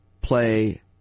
play